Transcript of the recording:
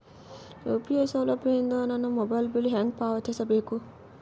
UPI ಸೌಲಭ್ಯ ಇಂದ ನನ್ನ ಮೊಬೈಲ್ ಬಿಲ್ ಹೆಂಗ್ ಪಾವತಿಸ ಬೇಕು?